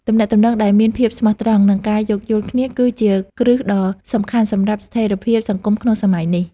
ទំនាក់ទំនងដែលមានភាពស្មោះត្រង់ និងការយោគយល់គ្នាគឺជាគ្រឹះដ៏សំខាន់សម្រាប់ស្ថិរភាពសង្គមក្នុងសម័យនេះ។